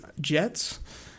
Jets